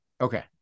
Okay